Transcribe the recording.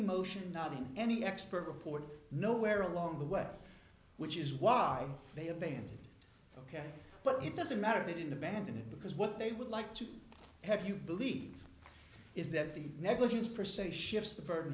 motion not in any expert report nowhere along the way which is why they abandoned ok but it doesn't matter that in abandon it because what they would like to have you believe is that the negligence percent shifts the burden